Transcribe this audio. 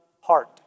heart